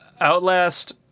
outlast